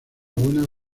buena